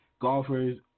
golfers